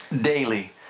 Daily